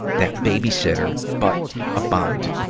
that babysitter, but about,